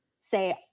say